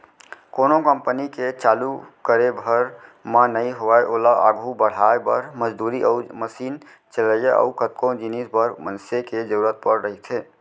कोनो कंपनी के चालू करे भर म नइ होवय ओला आघू बड़हाय बर, मजदूरी अउ मसीन चलइया अउ कतको जिनिस बर मनसे के जरुरत पड़त रहिथे